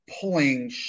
pulling